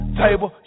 table